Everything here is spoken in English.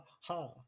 ha